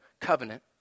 covenant